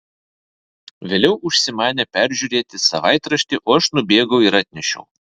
vėliau užsimanė peržiūrėti savaitraštį o aš nubėgau ir atnešiau